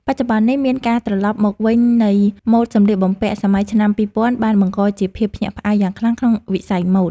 បច្ចុប្បន្ននេះមានការត្រឡប់មកវិញនៃម៉ូដសម្លៀកបំពាក់សម័យឆ្នាំពីរពាន់បានបង្កជាភាពភ្ញាក់ផ្អើលយ៉ាងខ្លាំងក្នុងវិស័យម៉ូដ។